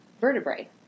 vertebrae